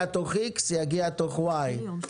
מגיע תוך איקס זמן והוא יגיע תוך ואי זמן,